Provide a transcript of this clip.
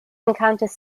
encounters